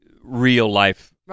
real-life